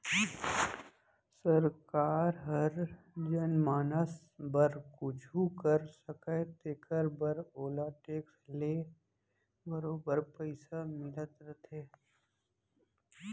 सरकार हर जनमानस बर कुछु कर सकय तेकर बर ओला टेक्स ले बरोबर पइसा मिलत रथे